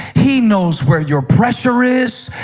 he knows where your pressure is.